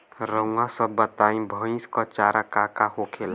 रउआ सभ बताई भईस क चारा का का होखेला?